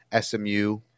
smu